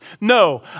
No